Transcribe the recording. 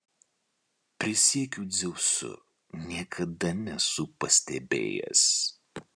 prisiekiu dzeusu niekada nesu pastebėjęs